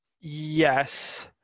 Yes